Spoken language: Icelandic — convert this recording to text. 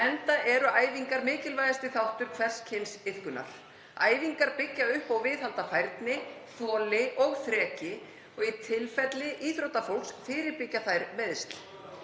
enda eru æfingar mikilvægasti þáttur hvers kyns iðkunar. Æfingar byggja upp og viðhalda færni, þoli og þreki og í tilfelli íþróttafólks fyrirbyggja þær meiðsl.